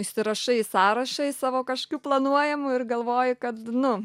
įsirašai į sąrašą į savo kažkokių planuojamų ir galvoji kad nu